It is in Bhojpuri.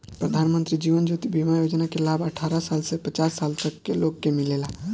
प्रधानमंत्री जीवन ज्योति बीमा योजना के लाभ अठारह साल से पचास साल तक के लोग के मिलेला